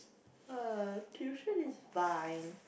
tuition is fine